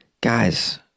Guys